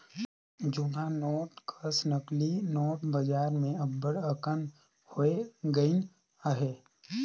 जुनहा नोट कस नकली नोट बजार में अब्बड़ अकन होए गइन अहें